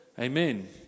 Amen